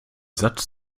satz